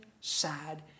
sad